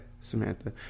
Samantha